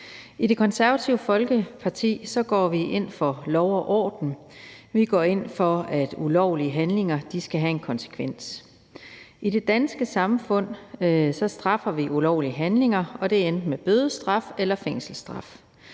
I Det Konservative Folkeparti går vi ind for lov og orden. Vi går ind for, at ulovlige handlinger skal have en konsekvens. I det danske samfund straffer vi ulovlige handlinger, og det er enten med bødestraf eller fængselsstraf.